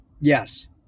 yes